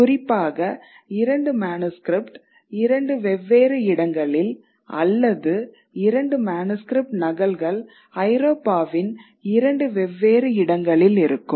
குறிப்பாக 2 மனுஸ்க்ரிப்ட் 2 வெவ்வேறு இடங்களில் அல்லது 2 மனுஸ்க்ரிப்ட் நகல்கள் ஐரோப்பாவின் 2 வெவ்வேறு இடங்களில் இருக்கும்